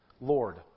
Lord